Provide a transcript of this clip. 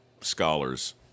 scholars